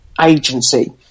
agency